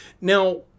now